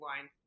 line